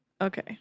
Okay